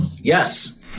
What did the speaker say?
yes